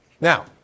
Now